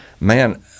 Man